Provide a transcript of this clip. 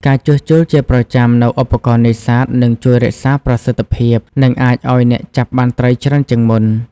ការជួសជុលជាប្រចាំនូវឧបករណ៍នេសាទ នឹងជួយរក្សាប្រសិទ្ធភាព និងអាចឲ្យអ្នកចាប់បានត្រីច្រើនជាងមុន។